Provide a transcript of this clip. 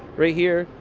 right here,